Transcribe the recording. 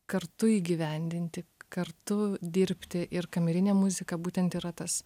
kartu įgyvendinti kartu dirbti ir kamerinę muziką būtent yra tas